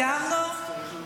סיימנו?